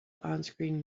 onscreen